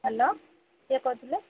hello କିଏ କହୁଥିଲେ